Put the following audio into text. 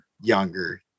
younger